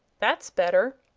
that's better!